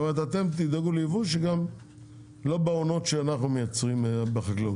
זאת אומרת שאתם תדאגו ליבוא שגם לא בעונות שאנחנו מייצרים בחקלאות.